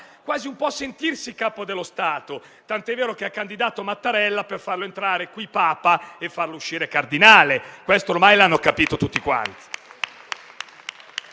quasi il Capo dello Stato, tanto è vero che ha candidato Mattarella per farlo entrare Papa e farlo uscire cardinale. Questo ormai l'hanno capito tutti.